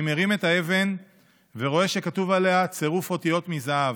אני מרים את האבן ורואה שכתוב עליה צירוף אותיות מזהב,